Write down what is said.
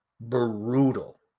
brutal